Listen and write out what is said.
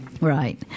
Right